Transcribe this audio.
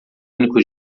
único